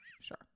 sure